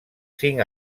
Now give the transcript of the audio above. cinc